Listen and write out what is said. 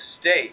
State